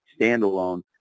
standalone